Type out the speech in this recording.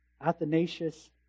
Athanasius